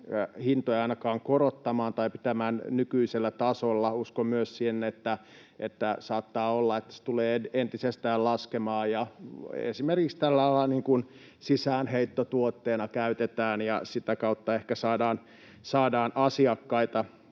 hintoja ainakaan korottamaan tai pitämään nykyisellä tasolla. Uskon myös siihen, että saattaa olla, että hinnat tulevat entisestään laskemaan ja näitä käytetään esimerkiksi sisäänheittotuotteena ja sitä kautta ehkä saadaan asiakkaita